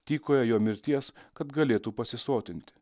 tykojo jo mirties kad galėtų pasisotinti